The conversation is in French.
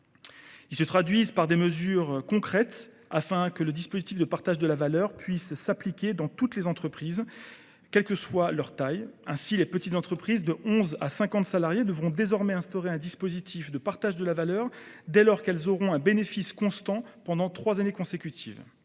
se traduit par des mesures concrètes afin que les dispositifs de partage de la valeur puissent s’appliquer dans toutes les entreprises, quelle que soit leur taille. Ainsi, les petites entreprises de 11 à 50 salariés devront désormais instaurer un dispositif de partage de la valeur dès lors qu’elles auront réalisé un bénéfice constant pendant trois années consécutives.